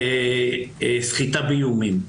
סחיטה באיומים.